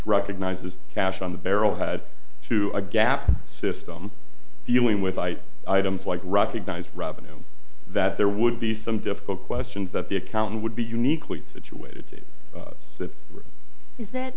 recognize the cash on the barrelhead to a gap system dealing with eye items like recognize revenue that there would be some difficult questions that the accounting would be uniquely situated that is that